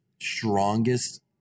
strongest